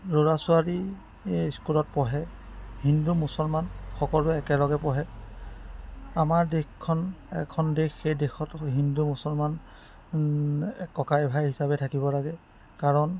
ল'ৰা ছোৱালী স্কুলত পঢ়ে হিন্দু মুছলমান সকলোৱে একেলগে পঢ়ে আমাৰ দেশখন এখন দেশ সেই দেশত হিন্দু মুছলমান ককাই ভাই হিচাপে থাকিব লাগে কাৰণ